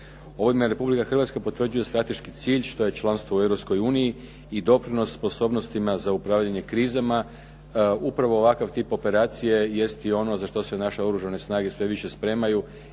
Ovime Republika Hrvatska potvrđuje strateški cilj što je članstvo u Europskoj uniji i doprinos sposobnostima za upravljanje krizama. Upravo ovakav tip operacije jest i ono za što se naše Oružane snage sve više spremaju